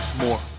more